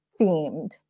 themed